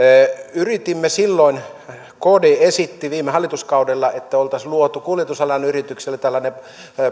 yritimme silloin kd esitti viime hallituskaudella että olisi luotu kuljetusalan yrityksille tällainen